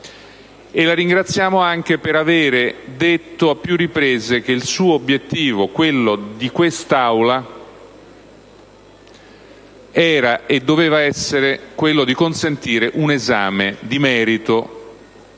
siamo grati anche per aver detto a più riprese che il suo obiettivo e quello di quest'Aula era e doveva essere di consentire un esame di merito